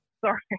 Sorry